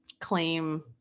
claim